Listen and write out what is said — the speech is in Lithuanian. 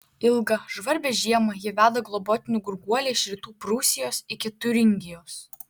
ilgą žvarbią žiemą ji veda globotinių gurguolę iš rytų prūsijos iki tiuringijos